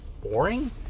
boring